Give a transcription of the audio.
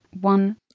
one